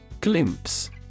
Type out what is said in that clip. Glimpse